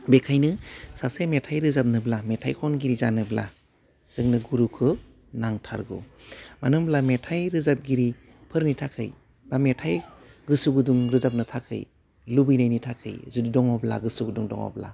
बेखायनो सासे मेथाइ रोजाबनोब्ला मेथाइ खनगिरि जानोब्ला जोंनो गुरुखो नांथारगौ मानो होमब्ला मेथाइ रोजाबगिरि फोरनि थाखाय बा मेथाइ गोसो गुदुं रोजाबनो थाखै लुबैनायनि थाखै जुदि दङब्ला गोसो गुदुं दङब्ला